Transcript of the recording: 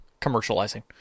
Commercializing